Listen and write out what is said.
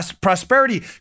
prosperity